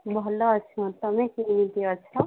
ଭଲ ଅଛ ତୁମେ କେମିତି ଅଛ